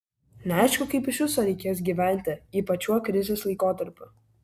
neaišku kaip iš viso reikės gyventi ypač šiuo krizės laikotarpiu